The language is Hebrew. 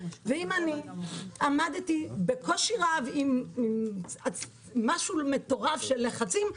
אם אני עמדתי בקושי רב בפני לחצים מטורפים,